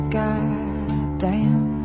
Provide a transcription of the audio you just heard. goddamn